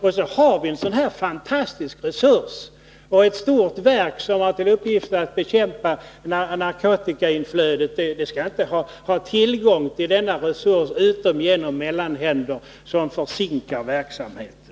Men denna fantastiska resurs som dataregistret utgör skall enligt utskottets uppfattning ett stort verk som har till uppgift att bekämpa narkotikainflödet inte ha tillgång till utom genom mellanhänder, som försinkar verksamheten.